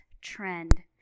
trend